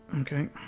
Okay